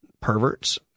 perverts